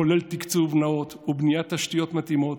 כולל תקצוב נאות ובניית תשתיות מתאימות